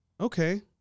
okay